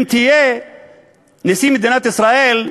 אם תהיה נשיא מדינת ישראל,